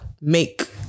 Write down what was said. make